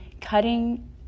cutting